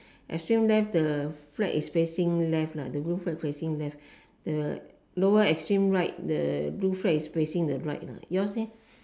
extreme left the flag is facing left lah the roof flag facing left the lower extreme right the blue flag is facing the right lah yours leh